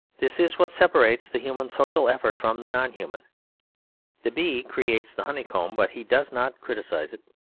this is what separates the human social effort from the non-human the bee creates the honey-comb, but he does not criticise it.